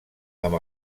amb